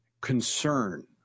concern